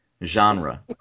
Genre